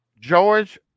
George